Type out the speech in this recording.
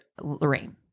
Lorraine